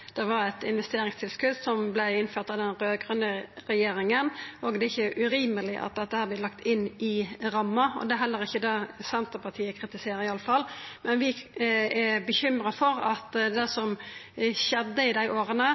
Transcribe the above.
det var eit investeringstilskot som vart innført av den raud-grøne regjeringa, og det er ikkje urimeleg at dette vert lagt inn i ramma. Det er heller ikkje det Senterpartiet kritiserer iallfall. Men vi er bekymra for det som skjedde i dei åra,